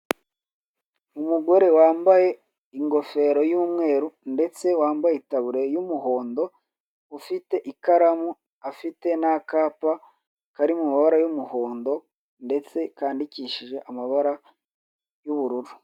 Umugore wambaye ingofero y'umweru ndetse wambaye itaburiya y'umuhondo ufite ikaramu, afite n'akapa kari mu mabara y'umuhondo ndetse kandikishije amabara y'ubururu.